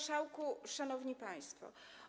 Szanowni Państwo!